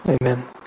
Amen